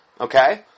Okay